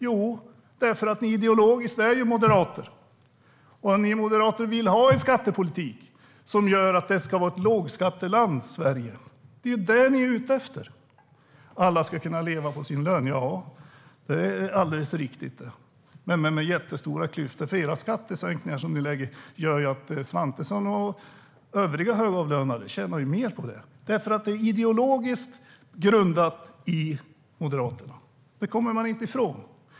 Jo, därför att ni ideologiskt är moderater, och ni moderater vill ha en skattepolitik som gör att Sverige ska vara ett lågskatteland. Det är det som ni är ute efter. Det talas om att alla ska kunna leva på sin lön - det är alldeles riktigt - men med jättestora klyftor. De skattesänkningar som ni föreslår gör nämligen att Svantesson och övriga högavlönade tjänar mer på det. Detta är ideologiskt grundat i Moderaterna. Det kommer man inte ifrån.